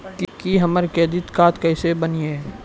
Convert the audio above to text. की हमर credit card केसे बनिये?